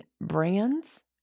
brands